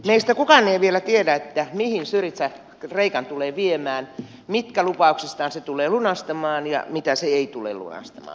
meistä kukaan ei vielä tiedä mihin syriza kreikan tulee viemään mitkä lupauksistaan se tulee lunastamaan ja mitä se ei tule lunastamaan